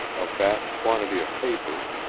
a vast quantity of papers,